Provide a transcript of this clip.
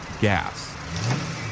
gas